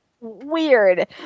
weird